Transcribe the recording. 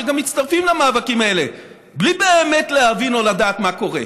שגם מצטרפים למאבקים האלה בלי באמת להבין או לדעת מה קורה.